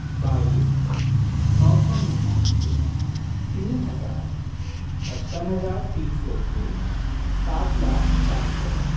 बाईस नौ सौ निन्यांनवे तीन हज़ार पचपन हज़ार तीन सौ दो सात लाख चालिस हज़ार